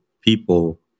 people